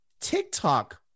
TikTok